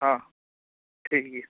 ᱦᱮᱸ ᱴᱷᱤᱠ ᱜᱮᱭᱟ